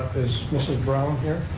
is mrs. brown here?